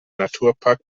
naturpark